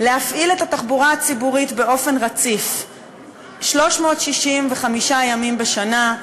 להפעיל את התחבורה הציבורית באופן רציף 365 ימים בשנה,